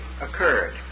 occurred